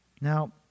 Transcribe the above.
Now